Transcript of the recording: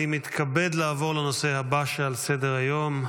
אני מתכבד לעבור לנושא הבא שעל סדר-היום,